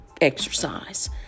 exercise